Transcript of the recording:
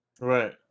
Right